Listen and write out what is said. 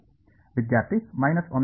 ವಿದ್ಯಾರ್ಥಿ